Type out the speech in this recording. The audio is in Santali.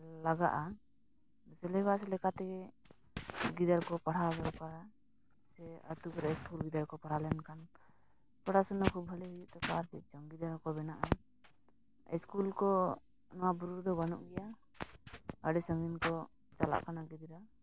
ᱞᱟᱜᱟᱜᱼᱟ ᱥᱤᱞᱮᱵᱟᱥ ᱞᱮᱠᱟᱛᱮ ᱜᱤᱫᱽᱨᱟᱹ ᱠᱚ ᱯᱟᱲᱦᱟᱣ ᱫᱚᱨᱠᱟᱨᱟ ᱥᱮ ᱟᱹᱛᱩ ᱠᱚᱨᱮᱱ ᱥᱠᱩᱞ ᱜᱤᱫᱽᱨᱟᱹ ᱠᱚ ᱯᱟᱲᱦᱟᱣ ᱞᱮᱱᱠᱷᱟᱱ ᱯᱚᱲᱟᱥᱳᱱᱟ ᱠᱷᱩᱵ ᱵᱷᱟᱹᱞᱤ ᱦᱩᱭᱩᱜ ᱛᱟᱠᱚᱣᱟ ᱟᱨ ᱪᱮᱫ ᱪᱚᱝ ᱜᱤᱫᱽᱨᱟᱹ ᱦᱚᱸᱠᱚ ᱵᱮᱱᱟᱜᱼᱟ ᱥᱠᱩᱞ ᱠᱚᱦᱚᱸ ᱱᱚᱣᱟ ᱵᱩᱨᱩ ᱨᱮᱫᱚ ᱵᱟᱹᱱᱩᱜ ᱜᱮᱭᱟ ᱟᱹᱰᱤ ᱥᱟᱜᱤᱧ ᱠᱚ ᱪᱟᱞᱟᱜ ᱠᱟᱱᱟ ᱜᱤᱫᱽᱨᱟᱹ